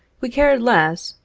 we cared less,